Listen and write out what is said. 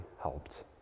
helped